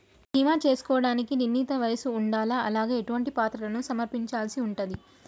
బీమా చేసుకోవడానికి నిర్ణీత వయస్సు ఉండాలా? అలాగే ఎటువంటి పత్రాలను సమర్పించాల్సి ఉంటది?